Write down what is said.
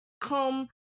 come